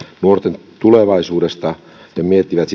nuorten tulevaisuudesta ja miettivät